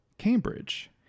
Cambridge